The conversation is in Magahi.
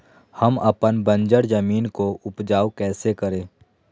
हम अपन बंजर जमीन को उपजाउ कैसे करे?